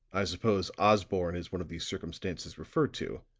i suppose osborne is one of the circumstances referred to.